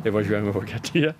tai važiuojam į vokietiją